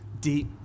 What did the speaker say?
Deep